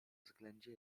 względzie